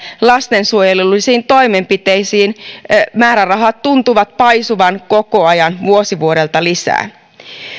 lastensuojelullisten toimenpiteiden määrärahat tuntuvat paisuvan koko ajan vuosi vuodelta lisää